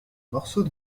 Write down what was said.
morceaux